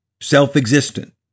self-existent